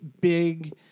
big